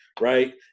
right